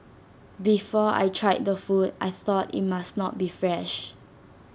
before I tried the food I thought IT must not be fresh